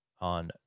on